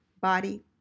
body